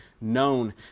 known